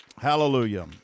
Hallelujah